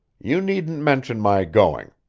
you needn't mention my going.